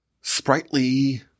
sprightly